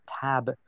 Tab